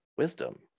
Wisdom